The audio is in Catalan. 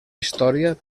història